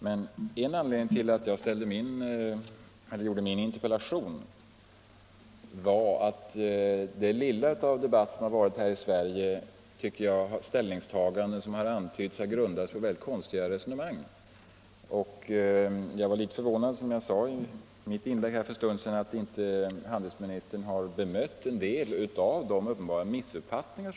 Men en anledning till att jag väckte min interpellation var att det lilla av debatt som förekommit i Sverige och de ställningstaganden som antytts har grundats på väldigt konstiga resonemang. Jag var litet förvånad, som jag sade i mitt inlägg för en stund sedan, över att handelsministern inte bemött en del av de uppenbara missuppfattningarna.